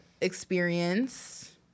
Experience